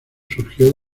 surgió